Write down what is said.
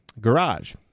garage